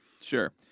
Sure